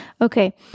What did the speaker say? Okay